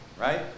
right